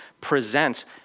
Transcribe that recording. presents